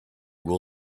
will